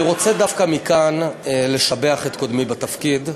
אני רוצה דווקא מכאן לשבח את קודמי בתפקיד.